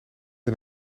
een